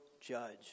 judge